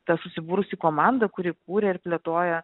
ta susibūrusi komanda kuri kūrė ir plėtoja